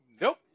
Nope